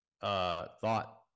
thought